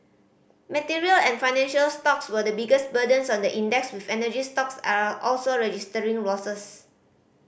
material and financial stocks were the biggest burdens on the index with energy stocks are also registering losses